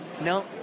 no